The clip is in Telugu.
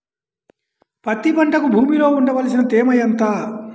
పత్తి పంటకు భూమిలో ఉండవలసిన తేమ ఎంత?